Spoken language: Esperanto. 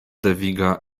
deviga